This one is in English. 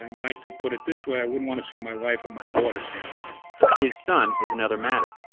i'd like to put it this way, i wouldn't want to see my wife or my daughter sandhogging his son is another matter.